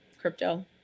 crypto